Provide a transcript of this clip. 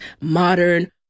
modern